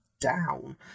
down